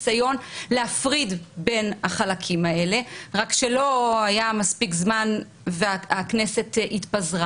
להפריד בין החלקים האלה רק שלא היה מספיק זמן והכנסת התפזרה